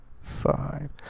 five